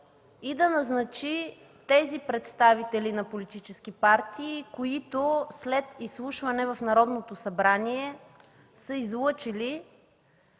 и да назначи тези представители на политически партии, които, след изслушване в Народното събрание, са излъчили